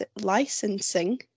licensing